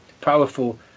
powerful